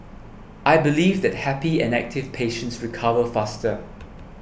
I believe that happy and active patients recover faster